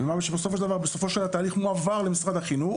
בסופו של התהליך מועבר למשרד החינוך,